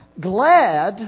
glad